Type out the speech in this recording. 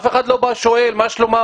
אף אחד לא בא ושואל מה שלומה,